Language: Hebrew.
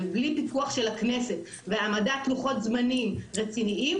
ובלי פיקוח של הכנסת והעמדת לוחות זמנים רציניים,